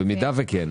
אם כן,